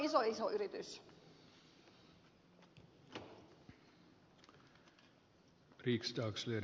se on iso iso yritys